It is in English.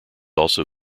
also